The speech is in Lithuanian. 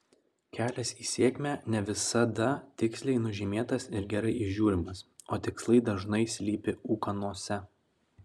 kelias į sėkmę ne visada tiksliai nužymėtas ir gerai įžiūrimas o tikslai dažnai slypi ūkanose